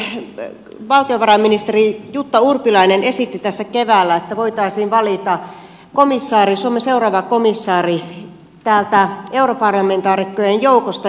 todellakin valtiovarainministeri jutta urpilainen esitti tässä keväällä että voitaisiin valita suomen seuraava komissaari europarlamentaarikkojen joukosta